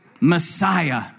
Messiah